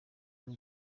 bwo